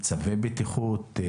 צווי בטיחות,